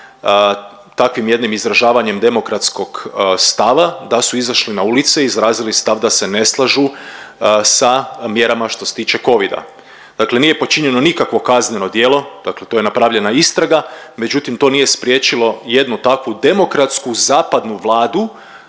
takvim jednim izražavanjem demokratskog stava, da su izašli na ulice i izrazili stav da se slažu sa mjerama što se tiče Covida. Dakle, nije počinjeno nikakvo kazneno djelo, dakle to je napravljena istraga, međutim to nije spriječilo jednu takvu demokratsku zapadnu vladu